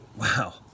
wow